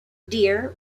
deer